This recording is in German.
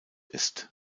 ist